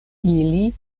ili